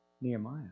Nehemiah